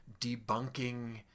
debunking